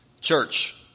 Church